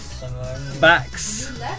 Backs